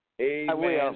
Amen